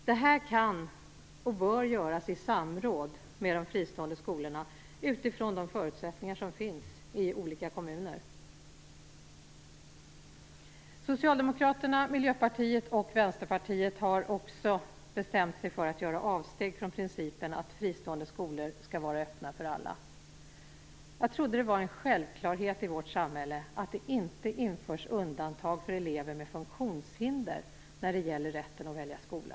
Detta kan och bör göras i samråd med de fristående skolorna utifrån de förutsättningar som finns i olika kommuner. Socialdemokraterna, Miljöpartiet och Vänsterpartiet har också bestämt sig för att göra avsteg från principen att fristående skolor skall vara öppna för alla. Jag trodde att det var en självklarhet i vårt samhället att det inte införs undantag för elever med funktionshinder när det gäller rätten att välja skola.